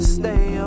stay